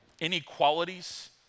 inequalities